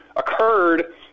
Occurred